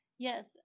Yes